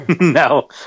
No